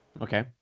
Okay